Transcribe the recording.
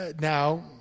now